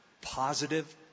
positive